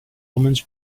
omens